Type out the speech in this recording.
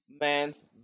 Man's